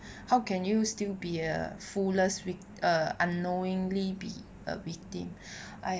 how can you still be a foolest vic~ unknowingly be a victim